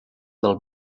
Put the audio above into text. del